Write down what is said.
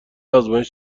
آزمایش